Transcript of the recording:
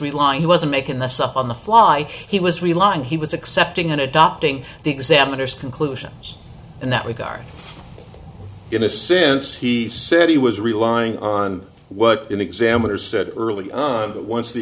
relying he wasn't making this up on the fly he was relying he was accepting and adopting the examiner's conclusions in that regard in a sense he said he was relying on what an examiner said early on that once the